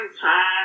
time